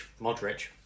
Modric